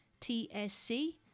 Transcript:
tsc